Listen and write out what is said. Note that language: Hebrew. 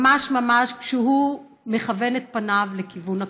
ממש ממש, כשהוא מכוון את פניו לכיוון הכותל,